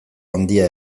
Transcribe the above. handia